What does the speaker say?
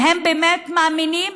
אם הם באמת מאמינים,